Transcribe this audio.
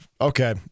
okay